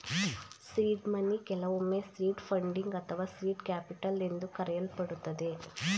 seed money ಕೆಲವೊಮ್ಮೆ seed funding ಅಥವಾ seed capital ಎಂದು ಕರೆಯಲ್ಪಡುತ್ತದೆ